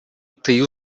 тыюу